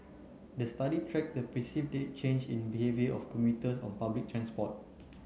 the study tracks the perceived change in behaviour of commuters on public transport